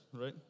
right